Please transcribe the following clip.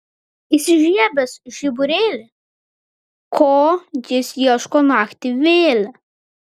įsižiebęs žiburėlį ko jis ieško naktį vėlią